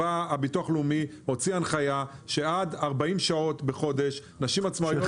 ביטוח לאומי הוציא הנחיה שעד 40 שעות בחודש נשים עצמאיות